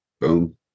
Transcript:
Boom